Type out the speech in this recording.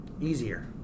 easier